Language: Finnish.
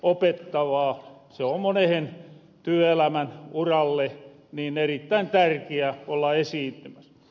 se on monen työelämän uralle erittäin tärkiää olla esiintymäs